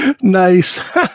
nice